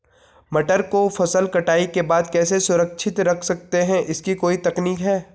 मटर को फसल कटाई के बाद कैसे सुरक्षित रख सकते हैं इसकी कोई तकनीक है?